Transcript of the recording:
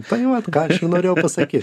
tai vat ką aš ir norėjau pasakyt